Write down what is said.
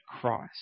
Christ